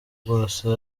bwose